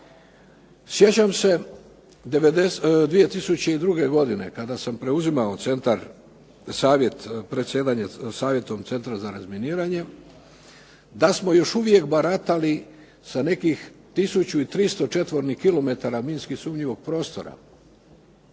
Sjećam se 2002. godine, kada sam preuzimao centar, savjet predsjedanja savjetom Centra za razminiranje da smo još uvijek baratali sa nekih tisuću i 300 četvornih kilometara minski sumnjivog prostora.